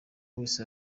wese